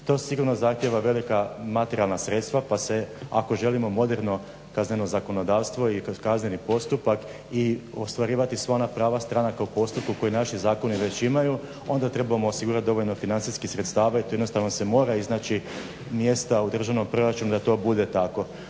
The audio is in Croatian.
To sigurno zahtijeva velika materijalna sredstva pa se ako želimo moderno kazneno zakonodavstvo i kroz kazneni postupak i ostvarivati sva ona prava stranaka u postupku koji naši zakoni već imaju onda trebamo osigurati dovoljno financijskih sredstava i to jednostavno se mora iznaći mjesta u državnom proračunu da to bude tako.